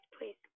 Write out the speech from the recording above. please